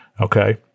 okay